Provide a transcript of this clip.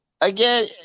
Again